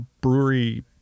brewery